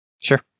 Sure